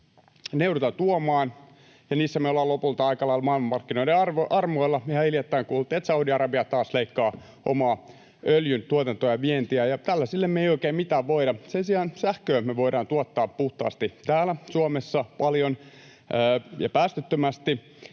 joudutaan tuomaan, ja niissä me ollaan lopulta aika lailla maailmanmarkkinoiden armoilla. Ihan hiljattain kuultiin, että Saudi-Arabia taas leikkaa omaa öljyntuotantoaan ja vientiään, ja tällaisille me ei oikein mitään voida. Sen sijaan sähköä me voidaan tuottaa puhtaasti täällä Suomessa paljon ja päästöttömästi,